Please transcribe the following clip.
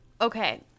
Okay